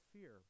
fear